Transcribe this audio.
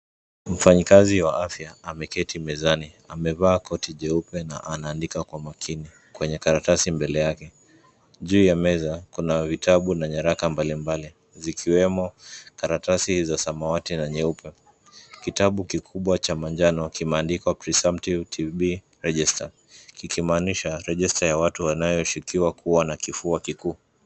Mfanyikazi wa afya ameketi mezani, amevaa koti jeupe na anaandika kwa makini, kwenye karatasi mbele yake, juu ya meza, kuna vitabu na nyaraka mbalimbali, zikiwemo, karatasi za samawati na nyeupe, kitabu kikubwa cha manjano kimeandikwa Presumptive TB Register , kikimaanishi rejista ya watu wanaoshukiwa kuwa na kifua kikuu.